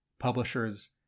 Publishers